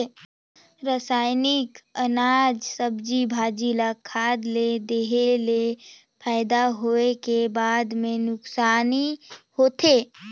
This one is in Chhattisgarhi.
रसइनिक अनाज, सब्जी, भाजी ल खाद ले देहे ले फायदा होए के बदला मे नूकसानी होथे